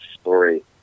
story